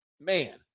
Man